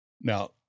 now